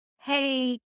hey